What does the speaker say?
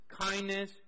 kindness